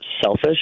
selfish